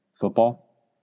football